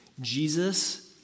Jesus